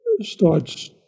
starts